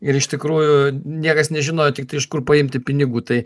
ir iš tikrųjų niekas nežino tiktai iš kur paimti pinigų tai